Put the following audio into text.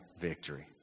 victory